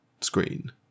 screen